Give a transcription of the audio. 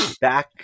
back